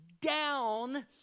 down